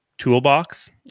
Toolbox